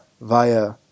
via